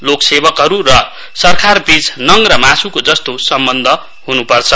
लोक सेवकहरू र सरकारबीच नङ्ग र मासुको जस्तो सम्बन्ध ह्नपर्छ